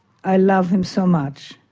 i love him so much.